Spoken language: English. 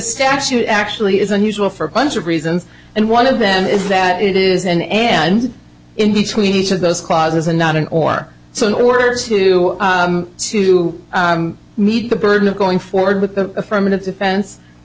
statute actually is unusual for a bunch of reasons and one of them is that it is an end in between each of those causes and not an or so in order to to meet the burden of going forward with the affirmative defense the